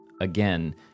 again